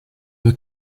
were